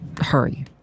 hurry